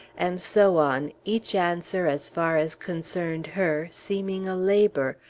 and so on, each answer as far as concerned her, seeming a labor,